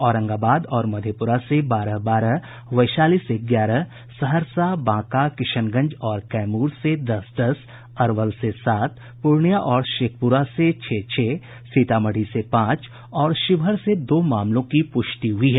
औरंगाबाद और मधेपुरा से बारह बारह वैशाली से ग्यारह सहरसा बांका किशनगंज और कैमूर से दस दस अरवल से सात पूर्णियां और शेखपुरा से छह छह सीतामढ़ी से पांच और शिवहर से दो मामलों की प्रष्टि हुई है